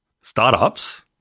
startups